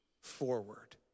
forward